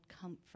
comfort